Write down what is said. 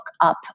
up